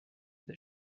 that